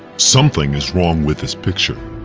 something is wrong with this picture.